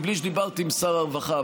בלי שדיברתי עם שר הרווחה,